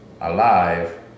alive